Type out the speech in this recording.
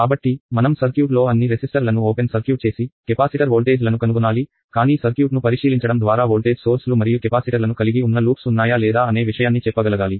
కాబట్టి మనం సర్క్యూట్ లో అన్ని రెసిస్టర్లను ఓపెన్ సర్క్యూట్ చేసి కెపాసిటర్ వోల్టేజ్లను కనుగొనాలి కానీ సర్క్యూట్ను పరిశీలించడం ద్వారా వోల్టేజ్ సోర్స్ లు మరియు కెపాసిటర్లను కలిగి ఉన్న లూప్స్ ఉన్నాయా లేదా అనే విషయాన్ని చెప్పగలగాలి